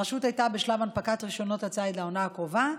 הרשות הייתה בשלב הנפקת רישיונות הציד לעונה הקרובה.